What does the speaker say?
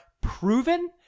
proven